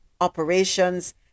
operations